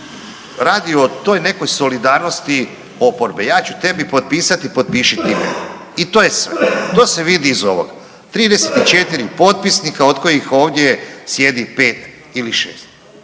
radi o toj nekoj solidarnosti oporbe. Ja ću tebi potpisati, potpiši i ti meni. I to je sve, to se vidi iz ovoga. 34 potpisnika od kojih ovdje sjedi 5 ili 6.